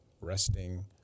resting